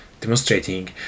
demonstrating